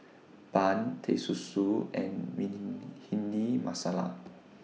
Bun Teh Susu and Bhindi Masala